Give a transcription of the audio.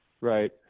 right